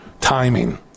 timing